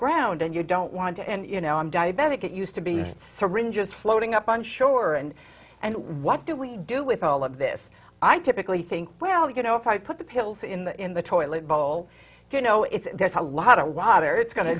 ground and you don't want to and you know i'm diabetic it used to be syringes floating up on shore and what do we do with all of this i typically think well you know if i put the pills in the in the toilet bowl you know it's just a lot of water it's going to